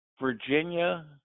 Virginia